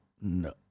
no